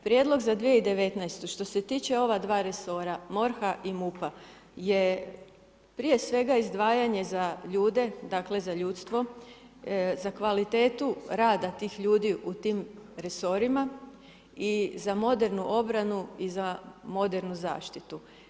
Prijedlog za 2019. što se tiče ova dva resora MORH-a i MUP-a je prije svega izdvajanje za ljude, dakle, za ljudstvo, za kvalitetu rada tih ljudi u tim resorima i za modernu obranu i za modernu zaštitu.